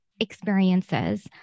experiences